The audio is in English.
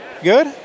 Good